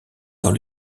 dans